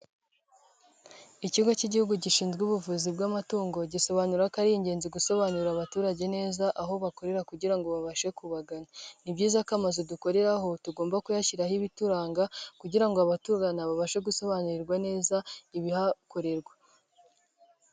Ikigo k'Igihugu gishinzwe ubuvuzi bw'amatungo, gisobanura ko ari ingenzi gusobanurira abaturage neza aho bakorera kugirango ngo babashe kubagana. Ni byiza ko amazu dukoreraho tugomba kuyashyiraho ibituranga kugira ngo abatugana babashe gusobanurirwa neza ibihakorerwa.